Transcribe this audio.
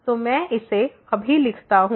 तो मैं इसे अभी लिखता हूँ